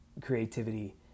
creativity